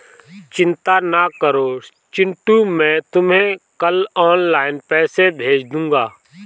चिंता ना करो चिंटू मैं तुम्हें कल ऑनलाइन पैसे भेज दूंगा